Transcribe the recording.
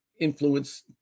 influence